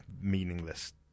meaningless